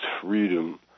freedom